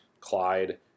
Clyde